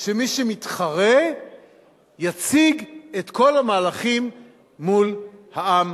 שמי שמתחרה יציג את כל המהלכים מול העם